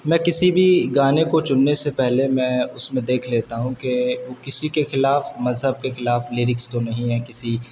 میں کسی بھی گانے کو چننے سے پہلے میں اس میں دیکھ لیتا ہوں کہ وہ کسی کے خلاف مذہب کے خلاف لیرکس تو نہیں ہیں کسی